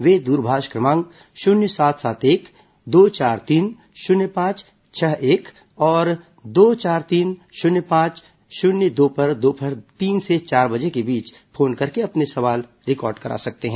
वे दूरभाष क्रमांक शुन्य सात सात एक दो चार तीन शुन्य पांच छह एक और दो चार तीन शून्य पांच शून्य दो पर दोपहर तीन से चार बजे के बीच फोन करके अपने सवाल रिकॉर्ड करा सकते हैं